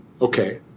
okay